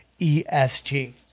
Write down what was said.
ESG